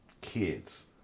kids